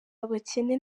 abakene